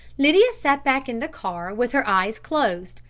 lydia sat back in the car with her eyes closed,